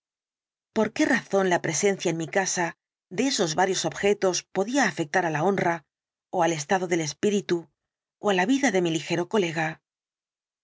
por qué razón la presencia en mi casa de esos varios objetos podía afectar á la honra ó al estado del espíritu ó á la vida de mí ligero colega